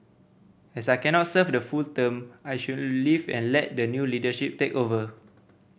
as I cannot serve the full term I should leave and let the new leadership take over